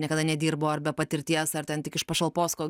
niekada nedirbo ar be patirties ar ten tik iš pašalpos ko